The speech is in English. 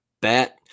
bat